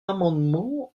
amendement